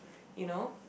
you know